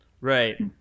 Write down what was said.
right